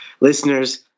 Listeners